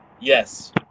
Yes